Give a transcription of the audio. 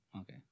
Okay